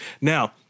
Now